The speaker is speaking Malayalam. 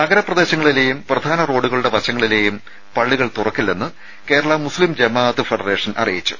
നഗരപ്രദേശങ്ങളിലെയും വശങ്ങളിലെയും പള്ളികൾ തുറക്കില്ലെന്ന് കേരള മുസ്ലിം ജമാഅത്ത് ഫെഡറേഷൻ അറിയിച്ചു